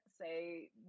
say